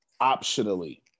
optionally